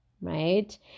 Right